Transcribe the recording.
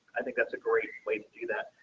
i think that's a great way to do that.